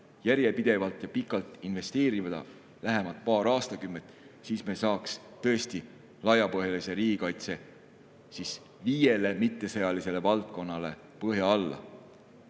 järjepidevalt ja pikalt investeerida, vähemalt paar aastakümmet, siis me saaks tõesti laiapõhjalisele riigikaitsele, viiele mittesõjalisele valdkonnale põhja alla.